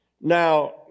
Now